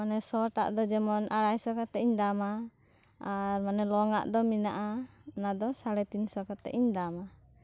ᱢᱟᱱᱮ ᱥᱚᱴ ᱟᱜ ᱫᱚ ᱡᱮᱢᱚᱱ ᱟᱲᱟᱭᱥᱚ ᱠᱟᱛᱮᱧ ᱫᱟᱢ ᱟᱜᱼᱟ ᱟᱨ ᱨᱚᱝ ᱟᱜ ᱫᱚ ᱢᱮᱱᱟᱜᱼᱟ ᱚᱱᱟᱫᱚ ᱥᱟᱲᱮ ᱛᱤᱱᱥᱚ ᱠᱟᱛᱮᱫ ᱤᱧ ᱫᱟᱢ ᱟᱜᱼᱟ